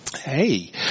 hey